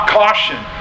caution